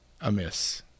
amiss